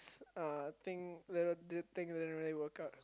uh thing little thing didn't really work out